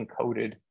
encoded